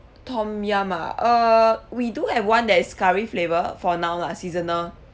tom yum ah uh we do have one that is curry flavour for now lah seasonal